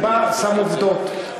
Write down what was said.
אני בא, שם עובדות.